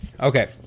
Okay